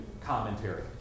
commentary